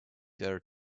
their